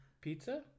pizza